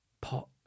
Pot